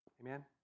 Amen